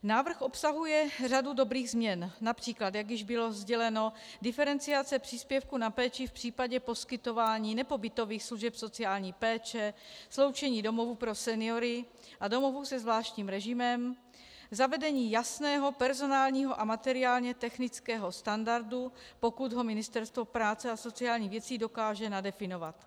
Návrh obsahuje řadu dobrých změn, například, jak již bylo sděleno, diferenciaci příspěvku na péči v případě poskytování nepobytových služeb sociální péče, sloučení domovů pro seniory a domovů se zvláštním režimem, zavedení jasného personálního a materiálně technického standardu, pokud ho Ministerstvo práce a sociálních věcí dokáže nadefinovat.